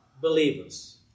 believers